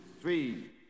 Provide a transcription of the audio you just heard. three